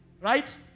Right